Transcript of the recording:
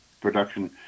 production